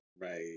Right